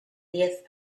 diez